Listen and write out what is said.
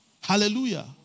Hallelujah